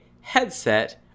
headset